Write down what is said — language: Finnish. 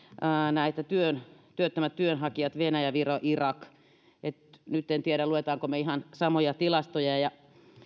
nämä työttömät työnhakijat venäjä viro irak nyt en tiedä luemmeko me ihan samoja tilastoja